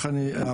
רוצה